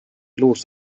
los